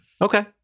Okay